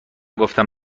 گفتم